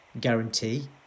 guarantee